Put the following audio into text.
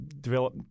develop